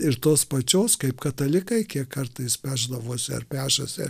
ir tos pačios kaip katalikai kiek kartais pešdavosi ar pešasi